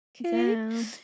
Okay